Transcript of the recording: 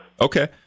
Okay